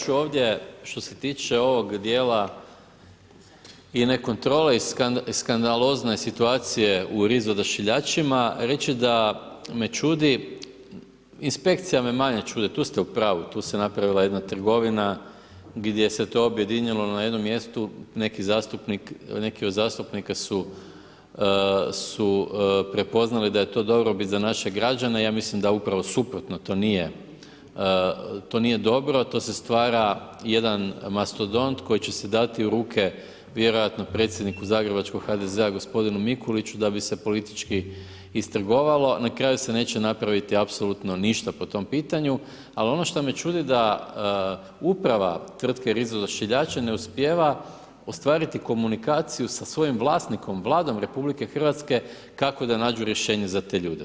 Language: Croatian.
Ja ću ovdje što se tiče ovog dijela i ne kontrole i skandalozne situacije u RIZ odašiljačima reći da me čudi, inspekcija me manje čudi, tu ste u pravu, tu se napravila jedna trgovina gdje se to objedinilo na jednom mjestu, neki zastupnik, neki od zastupnika su prepoznali da je to dobrobit za naše građane, ja mislim da upravo suprotno, to nije dobro, to se stvara jedan mastodont koji će se dati u ruke vjerojatno predsjedniku zagrebačkog HDZ-a gospodinu Mikuliću da bi se politički istrgovalo, na kraju se neće napraviti apsolutno ništa po tom pitanju, al ono što me čudi da uprava tvrtke RIZ ODAŠILJAČI ne uspijeva ostvariti komunikaciju sa svojim vlasnikom, Vladom RH, kako da nađu rješenje za te ljude.